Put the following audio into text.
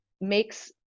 makes